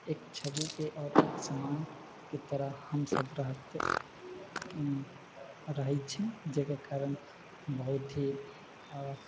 एक छविके आओर एक समानके तरह हमसब रहत रहै छी जकर कारण बहुत ही